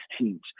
teams